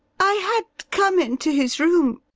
i had come into his room.